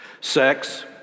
Sex